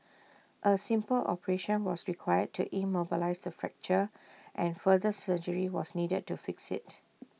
A simple operation was required to immobilise the fracture and further surgery was needed to fix IT